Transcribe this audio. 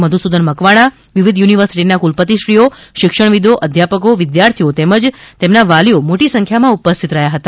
મધુસૂદન મકવાણા વિવિધ યુનિવર્સિટીના કુલપતિશ્રીઓ શિક્ષણવિદો અધ્યાપકો વિદ્યાર્થીઓ તેમજ તેમના વાલીઓ મોટી સંખ્યામાં ઉપસ્થિત રહ્યા હતા